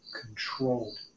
controlled